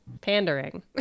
pandering